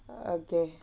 okay